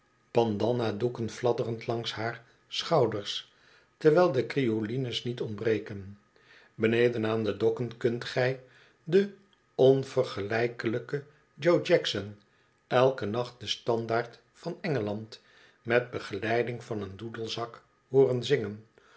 bandannadoeken fladderend langs haar schouders terwiji de crinolines niet ontbreken beneden aan de dokken kunt gij den on vergelijkelijken joe jackson eiken nacht den standaard van engeland met begeleiding van een doedelzak hoor en zingen